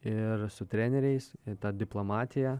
ir su treneriais ir ta diplomatija